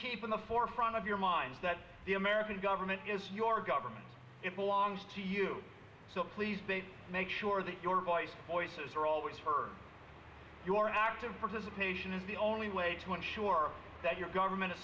keep in the forefront of your mind that the american government is your government longs to you so please they make sure that your voice boyce's are always heard your active participation is the only way to ensure that your government